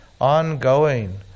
ongoing